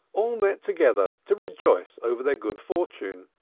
all met together to rejoice over their good fortune.